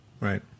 Right